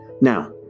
Now